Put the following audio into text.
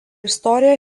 istorija